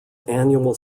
annual